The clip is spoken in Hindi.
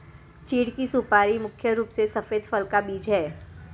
चीढ़ की सुपारी मुख्य रूप से सफेद फल का बीज है